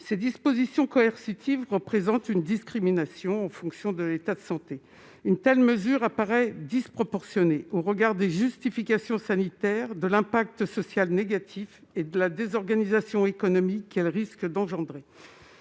telle disposition coercitive représente une discrimination en fonction de l'état de santé. Elle apparaît disproportionnée au regard des justifications sanitaires, de ses conséquences sociales négatives et de la désorganisation économique qu'elle risque de provoquer.